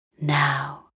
Now